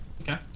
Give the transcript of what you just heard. Okay